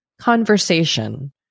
conversation